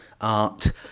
art